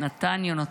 נתן יונתן.